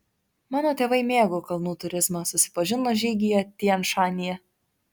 mano tėvai mėgo kalnų turizmą susipažino žygyje tian šanyje